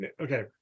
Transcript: okay